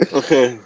okay